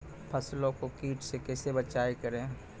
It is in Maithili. फसलों को कीट से कैसे बचाव करें?